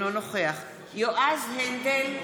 אינו נוכח יועז הנדל,